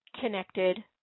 connected